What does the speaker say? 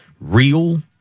real